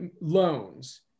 loans